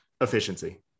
Efficiency